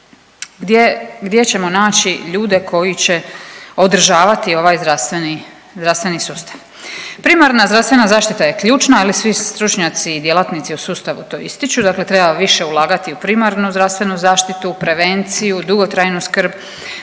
gdje ćemo naći ljude koji će održavati ovaj zdravstveni sustav? Primarna zdravstvena zaštita je ključna, svi stručnjaci i djelatnici u sustavu to ističu. Dakle, treba više ulagati u primarnu zdravstvenu zaštitu, prevenciju, dugotrajnu skrb.